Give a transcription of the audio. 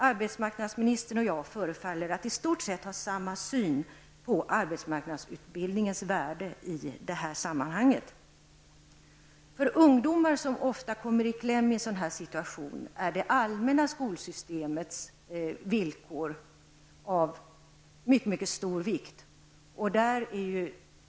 Arbetsmarknadsministern och jag förefaller ha i stort sett samma syn på arbetsmarknadsutbildningens värde i detta sammanhang. För ungdomar, och det är ju ofta de som kommer i kläm i en sådan här situation, är det allmänna skolsystemets villkor av synnerligen stor vikt.